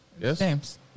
Yes